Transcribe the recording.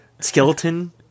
skeleton